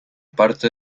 parte